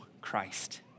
Christ